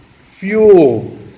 Fuel